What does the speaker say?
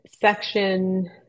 section